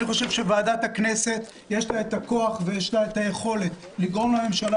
אני חושב שוועדת הכנסת יש לה הכוח והיכולת לגרום לממשלה